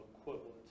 equivalent